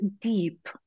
deep